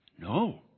No